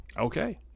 Okay